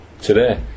today